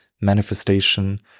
manifestation